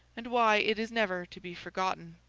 and why it is never to be forgotten.